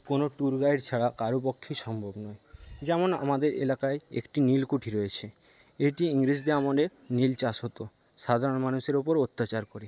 কোন tour guide ছাড়া কারোর পক্ষেই সম্ভব নয় যেমন আমাদের এলেকায় একটি নীলকুঠি রয়েছে এটি ইংরেজদের আমলে নীল চাষ হত সাধারণ মানুষের ওপর অত্যাচার করে